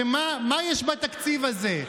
שמה יש בתקציב הזה?